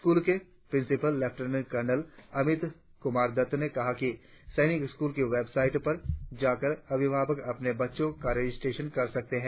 school के principal lieutenant colonel Amit Kumar Dutt ने कहा कि सैनिक स्कूल के वेबसाईट पर जाकर अभिभावक अपने बच्चों का रजिस्ट्रेशन कर सकते हैं